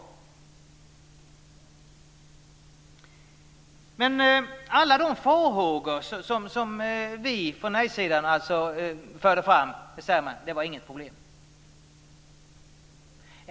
Om alla de farhågor som vi från nej-sidan förde fram sade man att det var inget problem.